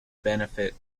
benefit